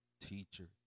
teacher